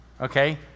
okay